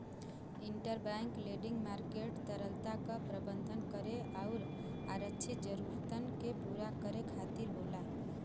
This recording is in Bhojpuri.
इंटरबैंक लेंडिंग मार्केट तरलता क प्रबंधन करे आउर आरक्षित जरूरतन के पूरा करे खातिर होला